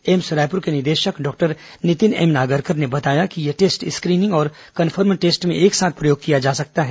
AIIMS के निदेशक doctor Nitin M Nagarkar ने बताया कि यह टेस्ट स्क्रीनिंग और कंफर्म टेस्ट में एक साथ प्रयोग किया जा सकता है